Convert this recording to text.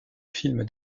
film